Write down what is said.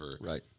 Right